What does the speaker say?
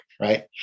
right